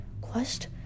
Quest